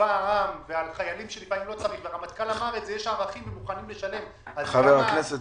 צבא העם והרמטכ"ל אמר שיש ערכים והם מוכנים לשלם על ציונות,